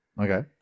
Okay